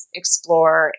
explore